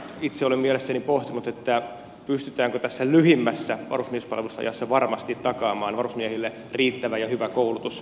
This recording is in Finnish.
itse olen mielessäni pohtinut lähinnä sitä pystytäänkö lyhimmässä varusmiespalvelusajassa varmasti takaamaan varusmiehille riittävä ja hyvä koulutus